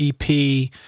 EP